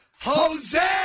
Jose